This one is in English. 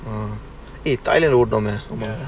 ஏய்:yey thailand vote போடலாம்லநாம:podalaamla naama